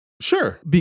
Sure